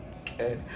Okay